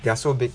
they're so big